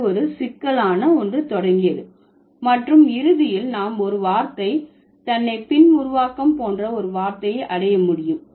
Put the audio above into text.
அது ஒரு சிக்கலான ஒரு தொடங்கியது மற்றும் இறுதியில் நாம் ஒரு வார்த்தை தன்னை பின் உருவாக்கம் போன்ற ஒரு வார்த்தை அடைய முடியும்